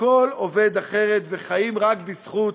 הכול עובד אחרת, וחיים רק בזכות